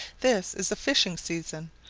this is the fishing season.